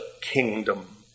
kingdom